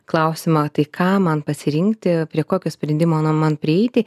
klausimą tai ką man pasirinkti prie kokio sprendimo na man prieiti